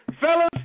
fellas